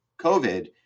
COVID